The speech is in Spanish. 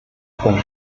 con